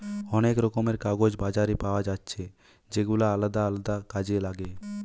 অনেক রকমের কাগজ বাজারে পায়া যাচ্ছে যেগুলা আলদা আলদা কাজে লাগে